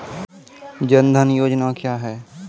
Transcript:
जन धन योजना क्या है?